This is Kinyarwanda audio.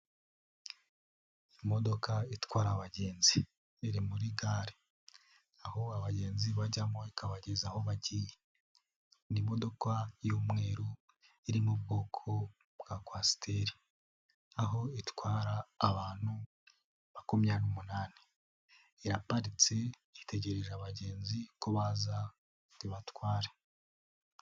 Imodoka itwara abagenzi iri muri gare, aho abagenzi bajyamo ikabageza aho bagiye, ni imodoka y'umweru iri mu bwoko bwa Kwasiteri aho itwara abantu makumyabiri n'umunani, iraparitse itegereje abagenzi ko baza ngo ibatware.